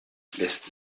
lässt